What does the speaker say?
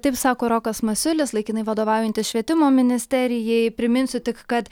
taip sako rokas masiulis laikinai vadovaujantis švietimo ministerijai priminsiu tik kad